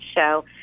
show